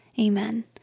Amen